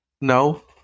No